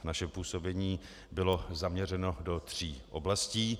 Naše působení bylo zaměřeno do tří oblastí.